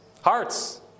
Hearts